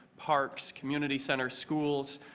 parks, community centers, schools,